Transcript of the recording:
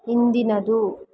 ಹಿಂದಿನದು